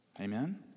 Amen